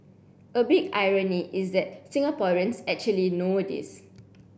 a big irony is that Singaporeans actually know this